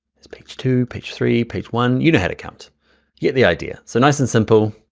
that's page two. page three. page one. you know how to count, you get the idea. so nice and simple.